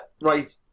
right